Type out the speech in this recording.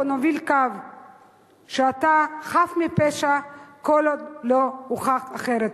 נוביל קו שאתה חף מפשע כל עוד לא הוכח אחרת.